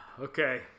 Okay